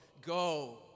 go